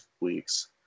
weeks